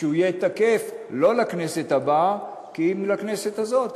שהוא יהיה תקף לא לכנסת הבאה כי אם לכנסת הזאת,